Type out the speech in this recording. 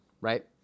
right